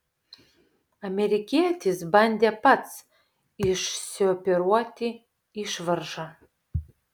amerikietis bandė pats išsioperuoti išvaržą